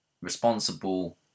responsible